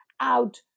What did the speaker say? out